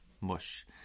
mush